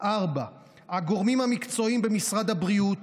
4. הגורמים המקצועיים במשרד הבריאות